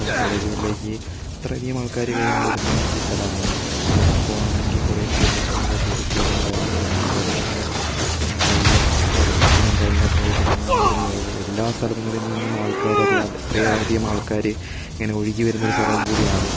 ഇപ്പം കോളേജുകളിലേക്ക് ഇത്രയധികം ആള്ക്കാർ കാര്യങ്ങൾ വരുന്ന ഒരു സ്ഥലമാണ് ഇപ്പം നോക്കുവാണെങ്കില് കുറെ ടൂ ടൂറിസ്റ്റ്കളും കാര്യങ്ങളും അതുപോലെ തന്നെ ഈ പഠിത്തത്തിനും കാര്യങ്ങള്ക്കായിട്ടും ആണെങ്കിലും എല്ലാസ്ഥലങ്ങളില് നിന്നും ആള്ക്കാർ അറിയാതെ ഇത്രയധികം ആള്ക്കാർ ഇങ്ങനെ ഒഴികിവരുന്നൊരു സ്ഥലം കൂടിയാണ്